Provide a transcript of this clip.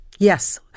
Yes